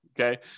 Okay